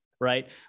Right